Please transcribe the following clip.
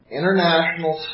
international